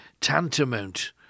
tantamount